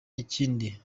ikindi